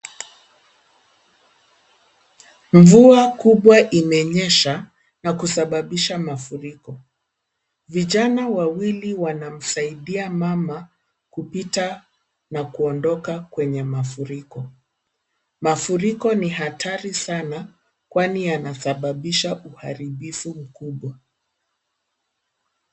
Mvua kubwa imenyesha na kusababisha mafuriko. Vijana wawili wanamsaidia mama kupita na kuondoka kwenye mafuriko. Mafuriko ni hatari sana kwani yanasababisha uharibifu mkubwa.